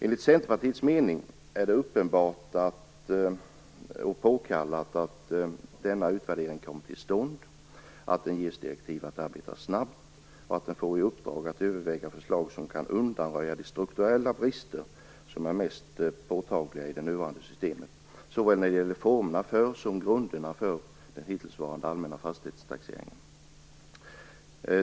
Enligt Centerpartiets mening är det uppenbart och påkallat att denna utvärdering skall komma till stånd, att den ges direktiv att arbeta snabbt och att den får i uppdrag att överväga förslag som kan undanröja de strukturella brister som är mest påtagliga i det nuvarande systemet. Det gäller såväl formerna som grunderna för den hittillsvarande fastighetstaxeringen.